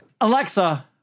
Alexa